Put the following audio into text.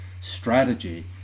strategy